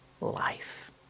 life